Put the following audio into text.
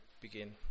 begin